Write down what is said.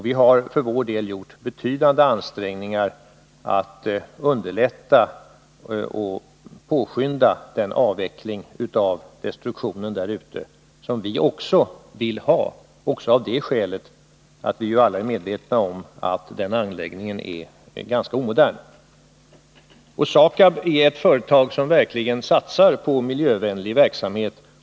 Vi har gjort betydande ansträngningar att underlätta och påskynda en avveckling av destruktionen där. Vi vill alltså få till stånd en sådan avveckling, också av det skälet att vi alla är medvetna om att den anläggningen är ganska omodern. SAKAB är ett företag som verkligen satsar på miljövänlig verksamhet.